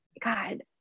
God